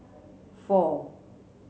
four